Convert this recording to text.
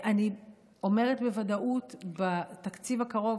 אני אומרת בוודאות שבתקציב הקרוב,